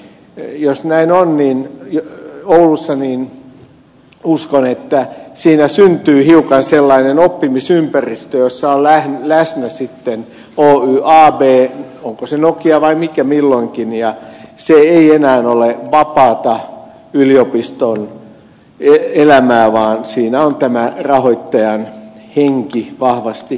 jos näin on oulussa niin uskon että siinä syntyy hiukan sellainen oppimisympäristö jossa on läsnä oy ab onko se nokia vai mikä milloinkin ja se ei enää ole vapaata yliopiston elämää vaan siinä on tämä rahoittajan henki vahvasti läsnä